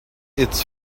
its